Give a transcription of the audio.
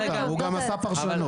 הוא גם פירש אותן.